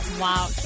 Wow